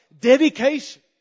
dedication